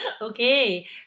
okay